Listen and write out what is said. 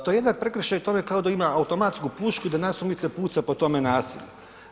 To je jednak prekršaj tome kao da ima automatsku pušku i da nasumice puca po tome naselju.